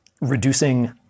reducing